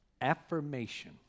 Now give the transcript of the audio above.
affirmation